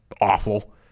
awful